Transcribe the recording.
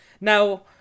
now